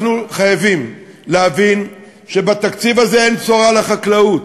אנחנו חייבים להבין שבתקציב הזה אין בשורה לחקלאות.